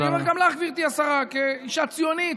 אני אומר גם לך, גברתי השרה, כאישה ציונית.